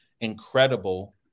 incredible